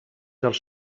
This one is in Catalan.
dels